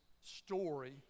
story